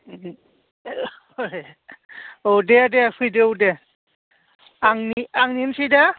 औ दे दे फैदो औ दे आंनिनोसै दे